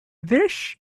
this